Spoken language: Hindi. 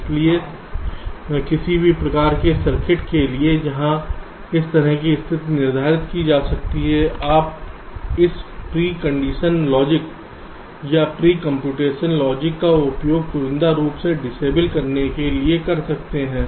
इसलिए किसी भी प्रकार के सर्किट के लिए जहां इस तरह की स्थिति निर्धारित की जा सकती है आप इस प्री कंडीशन लॉजिक या प्री कंप्यूटेशन लॉजिक का उपयोग चुनिंदा रूप से डिसएबल करने के लिए कर सकते हैं